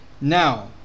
Now